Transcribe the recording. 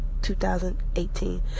2018